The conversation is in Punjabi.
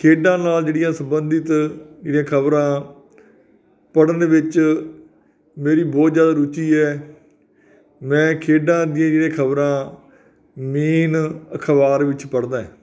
ਖੇਡਾਂ ਨਾਲ ਜਿਹੜੀਆਂ ਸੰਬੰਧਿਤ ਜਿਹੜੀਆਂ ਖਬਰਾਂ ਪੜ੍ਹਨ ਦੇ ਵਿੱਚ ਮੇਰੀ ਬਹੁਤ ਜ਼ਿਆਦਾ ਰੁਚੀ ਹੈ ਮੈਂ ਖੇਡਾਂ ਦੀਆਂ ਜਿਹੜੀਆਂ ਖਬਰਾਂ ਮੇਨ ਅਖਬਾਰ ਵਿੱਚ ਪੜ੍ਹਦਾ